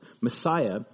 Messiah